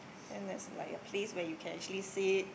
and there is like a place where you can actually sit